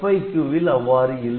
FIQ ல் அவ்வாறு இல்லை